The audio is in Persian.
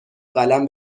قلم